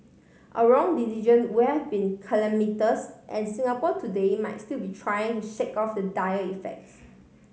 a wrong decision would have been calamitous and Singapore today might still be trying to shake off the dire effects